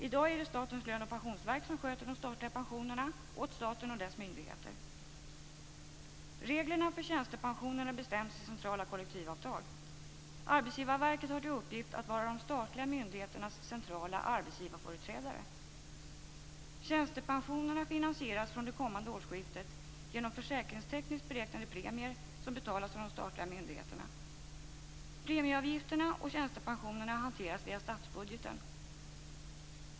I dag är det Statens löneoch pensionsverk som sköter de statliga pensionerna åt staten och dess myndigheter. Reglerna för tjänstepensionerna bestäms i centrala kollektivavtal. Arbetsgivarverket har till uppgift att vara de statliga myndigheternas centrala arbetsgivarföreträdare. Tjänstepensionerna finansieras från det kommande årsskiftet genom försäkringstekniskt beräknade premier som betalas av de statliga myndigheterna. Premieavgifterna och tjänstepensionerna hanteras via statsbudgeten.